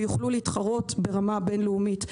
שיוכלו להתחרות ברמה בין-לאומית.